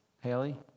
Haley